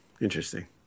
Interesting